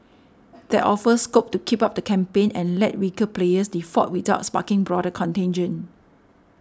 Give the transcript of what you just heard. that offers scope to keep up the campaign and let weaker players default without sparking broader contagion